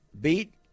beat